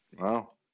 Wow